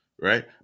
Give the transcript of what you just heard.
right